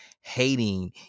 hating